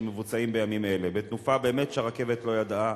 שמבוצעים בימים אלה, בתנופה שהרכבת באמת לא ידעה